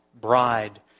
bride